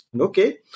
Okay